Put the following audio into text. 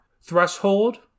threshold